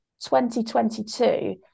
2022